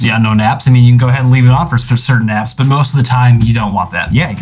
yeah unknown apps, i mean you can go ahead and leave it on for for certain apps but most of the time you don't want that. yeah,